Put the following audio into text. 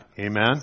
Amen